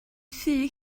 thŷ